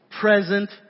present